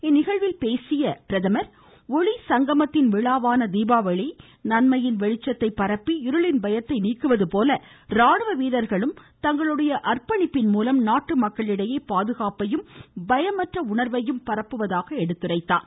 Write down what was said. இந்நிகழ்வில் பேசிய அவர் ஒளி சங்கமத்தின் விழாவான தீபாவளிநன்மையின் வெளிச்சத்தை பரப்பி இருளின் பயத்தை நீக்குவதுபோல ராணுவ வீரர்களும் தங்களுடைய அர்ப்பணிப்பின்மூலம் நாட்டு மக்களிடையே பாதுகாப்பையும் பயமற்ற உணர்வையும் பரப்புவதாக எடுத்துரைத்தார்